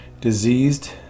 diseased